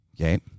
Okay